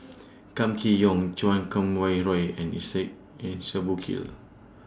Kam Kee Yong Chan Kum Wah Roy and Isaac Henry Burkill